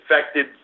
affected